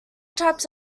types